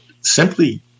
simply